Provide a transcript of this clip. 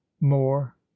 more